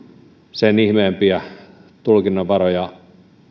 sen ihmeempiä tulkinnanvaroja